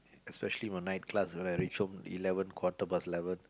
especially when night class whenever I reach home eleven quarter plus level